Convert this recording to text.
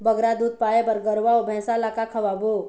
बगरा दूध पाए बर गरवा अऊ भैंसा ला का खवाबो?